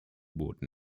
booten